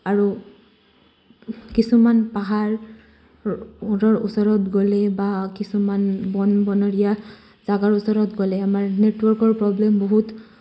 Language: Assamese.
আৰু কিছুমান পাহাৰৰ ওচৰত গ'লে বা কিছুমান বনৰীয়া জাগাৰ ওচৰত গ'লে আমাৰ নেটৱৰ্কৰ প্ৰব্লেম বহুত